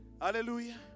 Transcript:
Hallelujah